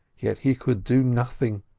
yet he could do nothing.